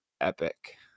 epic